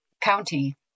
county